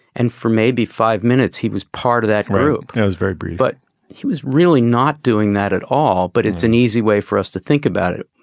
and for maybe five minutes he was part of that group. it was very brief, but he was really not doing that at all. but it's an easy way for us to think about it.